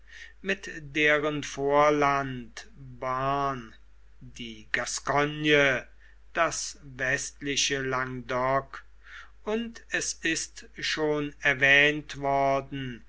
mit deren vorland bearn die gascogne das westliche landau und es ist schon erwähnt worden